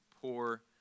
poor